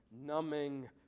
numbing